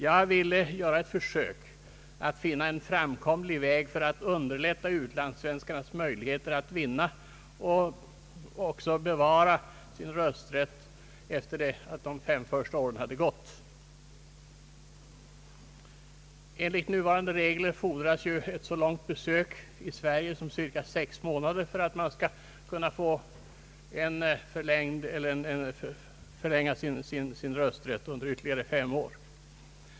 Jag ville göra ett försök att finna en framkomlig väg för att underlätta utlandssvenskarnas möjligheter att vinna och även bevara sin rösträtt efter de fem första åren. Enligt nuvarande regler fordras nämligen ett så långt besök i Sverige som cirka sex månader för att få rösträtten förlängd under ytterligare fem år.